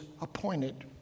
appointed